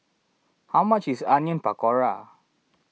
how much is Onion Pakora